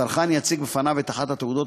הצרכן יציג בפניו את אחת התעודות